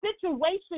situation